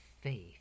faith